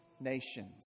nations